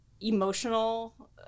emotional